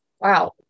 wow